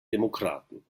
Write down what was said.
demokraten